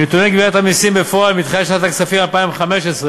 מנתוני גביית המסים בפועל מתחילת שנת הכספים 2015,